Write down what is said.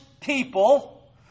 people